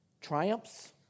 Triumphs